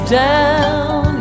down